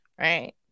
right